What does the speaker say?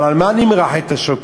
אבל על מה אני אמרח את השוקולד?